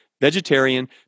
vegetarian